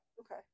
okay